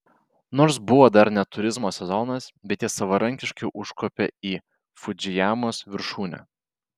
nors buvo dar ne turizmo sezonas bet jie savarankiškai užkopė į fudzijamos viršūnę